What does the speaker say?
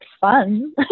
fun